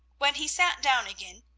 when he sat down again,